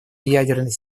ядерной